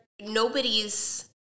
nobody's